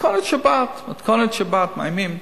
מתכונת שבת, מתכונת שבת, מאיימים.